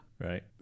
Right